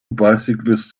bicyclists